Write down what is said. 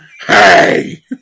Hey